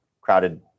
crowded